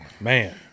Man